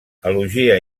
elogia